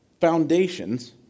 foundations